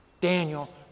Daniel